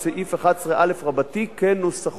את סעיף 11א כנוסחו,